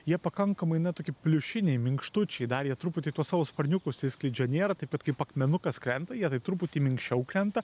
jie pakankamai na toki pliušiniai minkštučiai dar jie truputį tuos savo sparniukus išskleidžia nėra taip kad kaip akmenukas krenta jie tai truputį minkščiau krenta